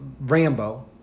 Rambo